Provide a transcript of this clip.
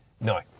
No